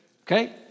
Okay